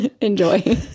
Enjoy